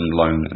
loan